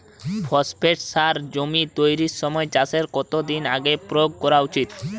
Phosphate সার জমি তৈরির সময় চাষের কত দিন আগে প্রয়োগ করা উচিৎ?